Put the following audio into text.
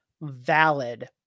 valid